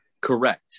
correct